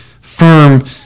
firm